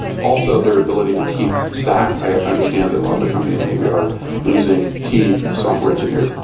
also their ability to keep staff i understand that a lot of the companies maybe are losing key software engineers.